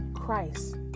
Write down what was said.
Christ